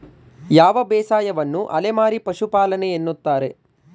ಯಾವ ಬೇಸಾಯವನ್ನು ಅಲೆಮಾರಿ ಪಶುಪಾಲನೆ ಎನ್ನುತ್ತಾರೆ?